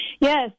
Yes